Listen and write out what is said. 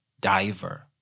diver